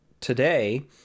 today